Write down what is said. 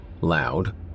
loud